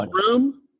room